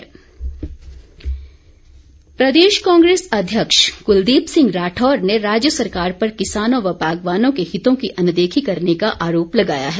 राठौर प्रदेश कांग्रेस अध्यक्ष कुलदीप सिंह राठौर ने राज्य सरकार पर किसानों व बागवानों के हितों की अनदेखी करने का आरोप लगाया है